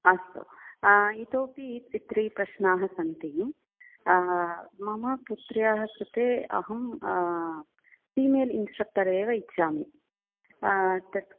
अस्तु इतोऽपि ति त्रि प्रश्नाः सन्ति मम पुत्र्याः कृते अहं फिमेल् इन्स्ट्रक्टर् एव इच्छामि तत्